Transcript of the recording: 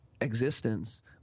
existence